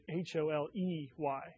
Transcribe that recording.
H-O-L-E-Y